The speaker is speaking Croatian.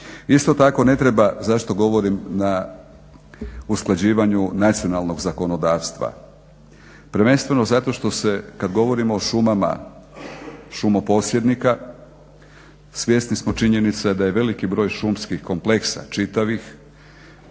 Isto tako ne treba, zašto govorim na usklađivanju nacionalnog zakonodavstva, prvenstveno zato što se kad govorimo o šumama šumoposjednika, svjesni smo činjenice da je veliki broj šumskih kompleksa čitavih